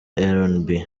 rnb